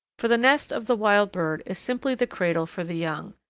for the nest of the wild bird is simply the cradle for the young.